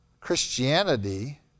Christianity